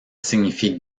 signifie